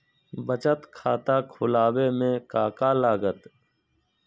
बचत खाता खुला बे में का का लागत?